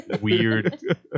weird